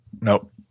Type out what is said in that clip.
Nope